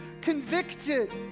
convicted